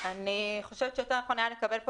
אני חושבת שיותר נכון היה לקבל פה